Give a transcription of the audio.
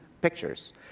pictures